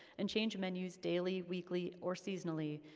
and change menus daily, weekly, or seasonally,